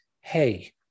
hey